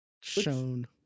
shown